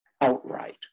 outright